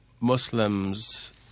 Muslims